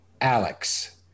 Alex